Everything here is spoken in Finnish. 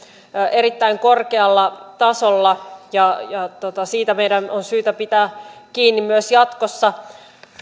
erittäin korkealla tasolla ja siitä meidän on syytä pitää kiinni myös jatkossa